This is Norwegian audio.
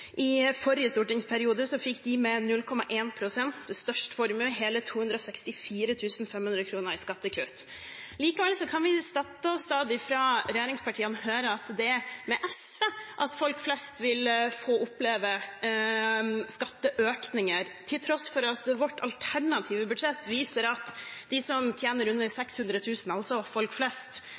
I forrige stortingsperiode fikk de 0,1 pst. med størst formue hele 264 500 kr i skattekutt. Likevel kan vi støtt og stadig fra regjeringspartiene høre at det er med SV folk flest vil få oppleve skatteøkninger, til tross for at vårt alternative budsjett viser at de som tjener under 600 000 kr – altså folk flest